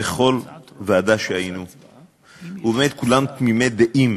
בכל ועדה שהיינו בה, ובאמת כולם תמימי דעים